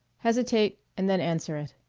hesitate, and then answer it.